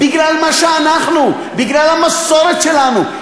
בגלל מה שאנחנו, בגלל המסורת שלנו.